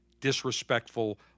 disrespectful